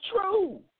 true